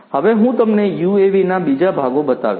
હવે હું તમને યુએવીના બીજા ભાગો બતાવીશ